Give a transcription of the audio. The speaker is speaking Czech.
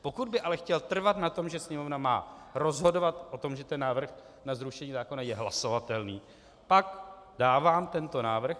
Pokud by ale chtěl trvat na tom, že Sněmovna má rozhodovat o tom, že ten návrh na zrušení zákona je hlasovatelný, pak dávám tento návrh.